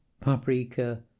paprika